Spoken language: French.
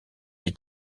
est